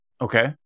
Okay